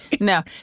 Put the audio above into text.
no